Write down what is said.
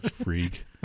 freak